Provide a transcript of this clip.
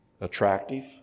attractive